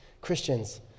Christians